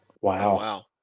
Wow